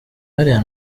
hariya